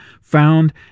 found